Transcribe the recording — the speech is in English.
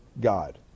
God